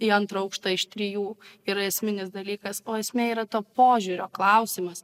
į antrą aukštą iš trijų yra esminis dalykas o esmė yra to požiūrio klausimas